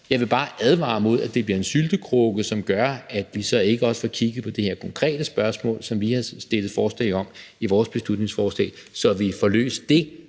Jeg vil bare advare imod, at det bliver en syltekrukke, som gør, at vi så ikke også får kigget på det her konkrete spørgsmål, som vi har stillet i vores beslutningsforslag, så vi får løst det,